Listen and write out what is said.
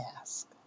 ask